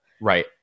right